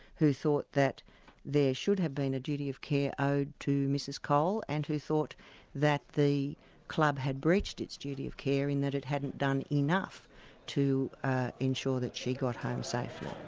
who thought that there should have been a duty of care owed to mrs cole, and who thought that the club had breached its duty of care in that it hadn't done enough to ensure that she got home safely.